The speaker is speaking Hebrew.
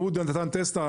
הוא מדבר על טסלה,